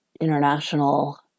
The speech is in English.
international